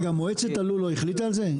רגע, מועצת הלול לא החליטה על זה?